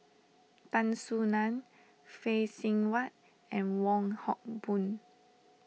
Tan Soo Nan Phay Seng Whatt and Wong Hock Boon